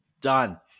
done